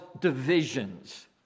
divisions